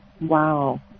Wow